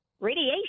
radiation